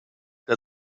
der